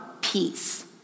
peace